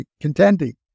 contending